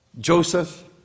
Joseph